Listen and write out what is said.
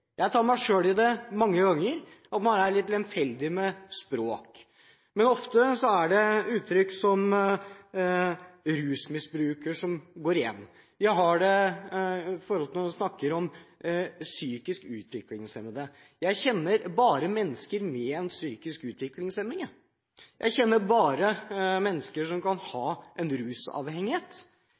jeg si at språk er fantastisk viktig. Jeg tar meg selv i det mange ganger, at jeg er litt lemfeldig med språk. Ofte er det uttrykk som «rusmisbruker» som går igjen, eller at man snakker om «psykisk utviklingshemmede». Jeg kjenner bare mennesker med en psykisk utviklingshemning. Jeg kjenner bare mennesker som kan ha en rusavhengighet.